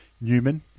Newman